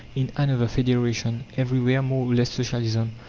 in another federation everywhere more or less socialism,